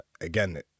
again